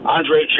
Andre